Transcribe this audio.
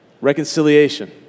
reconciliation